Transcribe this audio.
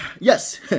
Yes